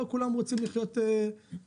לא כולם רוצים לחיות ביוניקורן.